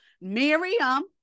Miriam